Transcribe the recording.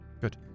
Good